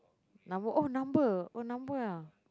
number oh number oh number ah